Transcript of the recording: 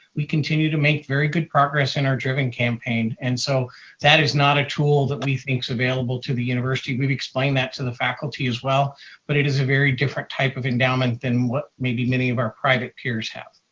we continue to make very good progress in our driven campaign. and so that is not a tool that we think's available to the university. we've explained that to the faculty as well but it is a very different type of endowment than what maybe many of our private peers have.